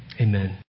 Amen